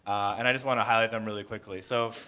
and i just want to highlight them really quickly. so,